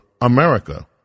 America